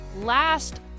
last